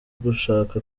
gushaka